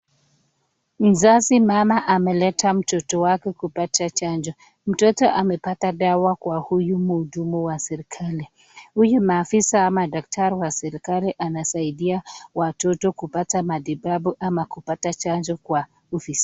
Mzazi mama ameleta mtoto wake kupata chanjo. Mtoto amepata dawa kwa huyu mhudumu wa serikali. Huyu maafisa ama daktari wa serikali amesaidia watoto kupata matibabu ama kupata chanjo kwa ofisi.